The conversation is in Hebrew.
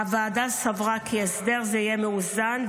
הוועדה סברה כי הסדר זה יהיה מאוזן,